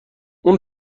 اون